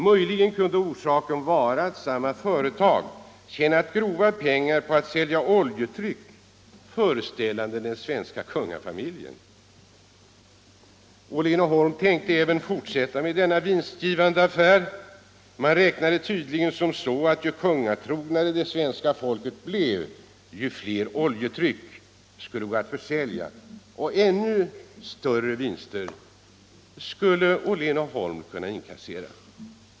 Möjligen kunde orsaken vara att samma företag tjänat grova pengar på att sälja oljetryck föreställande den svenska kungafamiljen. Åhlén & Holm tänkte även fortsätta med denna vinstgivande affär. Man räknade tydligen som så att ju kungatrognare det svenska folket blev ju fler oljetryck skulle gå att försälja och ännu större vinster skulle Åhlén & Holm kunna inkassera.